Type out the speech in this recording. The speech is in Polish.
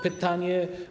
Pytanie.